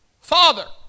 Father